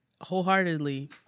wholeheartedly